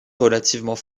relativement